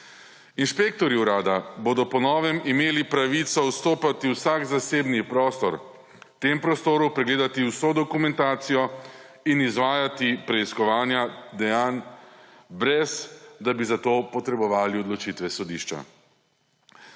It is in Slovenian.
Inšpektorji Urada bodo po novem imeli pravico vstopati v vsak zasebni prostor, v tem prostoru pregledati vso dokumentacijo in izvajati preiskovanja dejanj, ne da bi za to potrebovali odločitev sodišča.